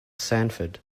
sandford